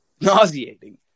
nauseating